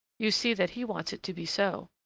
you see that he wants it to be so,